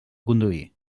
conduir